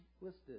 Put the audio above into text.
listed